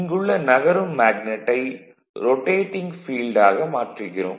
இங்குள்ள நகரும் மேக்னட்டை ரொடேடிங் ஃபீல்டாக மாற்றுகிறோம்